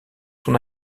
son